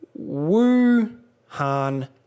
wuhan